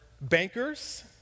bankers